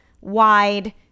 wide